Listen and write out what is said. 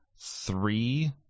three